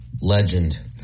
legend